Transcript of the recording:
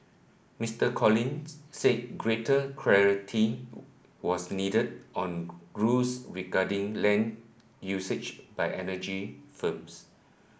Mister Collins said greater clarity was needed on rules regarding land usage by energy firms